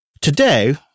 Today